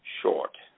short